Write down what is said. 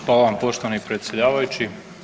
Hvala vam poštovani predsjedavajući.